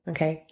Okay